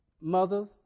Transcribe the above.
Mothers